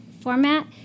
format